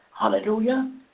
Hallelujah